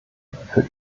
für